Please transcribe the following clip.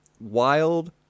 wild